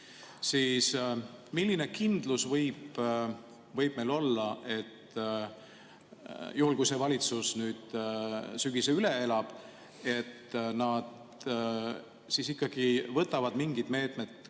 siis milline kindlus võib meil olla, et juhul kui see valitsus sügise üle elab, ta ikkagi võtab mingid meetmed kasutusele